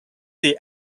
the